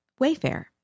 Wayfair